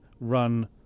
run